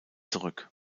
zurück